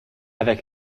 avec